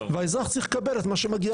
האזרח צריך לקבל את מה שמגיע לו,